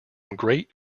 great